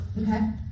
Okay